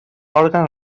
òrgan